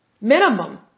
Minimum